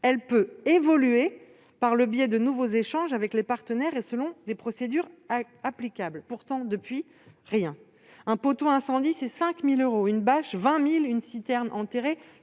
parfois] évoluer par le biais de nouveaux échanges avec les partenaires et selon les procédures applicables ». Pourtant, depuis, rien. Un poteau incendie représente 5 000 euros, une bâche, 20 000 euros, une citerne enterrée,